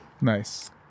Nice